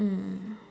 mm